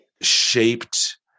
shaped